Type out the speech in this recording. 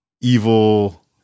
evil